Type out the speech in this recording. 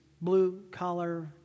blue-collar